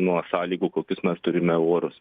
nuo sąlygų kokius mes turime orus